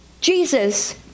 Jesus